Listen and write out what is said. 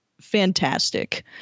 fantastic